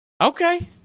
Okay